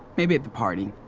maybe at the party.